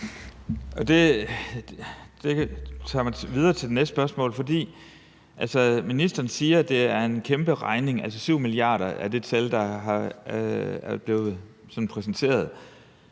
Det fører mig videre til det næste spørgsmål. Ministeren siger, at det er en kæmpe regning. Altså, 7 mia. kr. er det tal, der er blevet præsenteret.